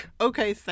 okay